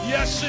Yes